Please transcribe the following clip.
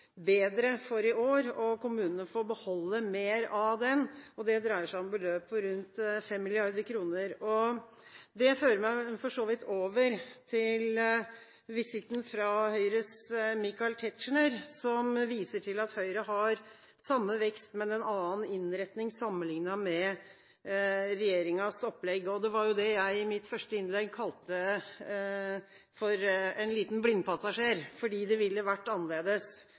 bedre for i år, og kommunene får beholde mer av den. Det dreier seg om beløp på rundt 5 mrd. kr. Det fører meg for så vidt over til visitten fra Høyres representant Michael Tetzschner. Han viser til at Høyre har samme vekst, men en annen innretning sammenlignet med regjeringens opplegg. Det var det jeg i mitt første innlegg kalte for en liten blindpassasjer fordi det ville vært annerledes.